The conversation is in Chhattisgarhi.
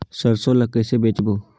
सरसो ला कइसे बेचबो?